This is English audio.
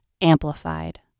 Amplified